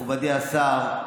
מכובדי השר,